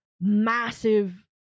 massive